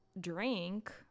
drink